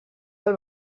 del